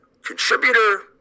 contributor